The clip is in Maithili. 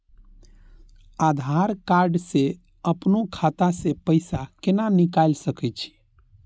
आधार कार्ड से अपनो खाता से पैसा निकाल सके छी?